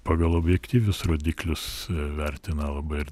pagal objektyvius rodiklius vertina labai ir